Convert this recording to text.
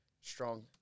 Strong